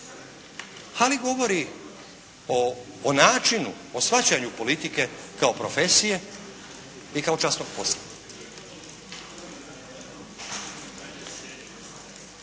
ali govori o načinu, o shvaćanju politike kao profesije i kao časnog posla.